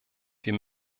wir